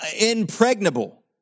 impregnable